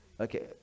okay